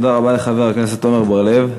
תודה רבה לחבר הכנסת עמר בר-לב.